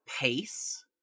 pace